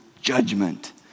judgment